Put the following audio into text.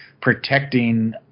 protecting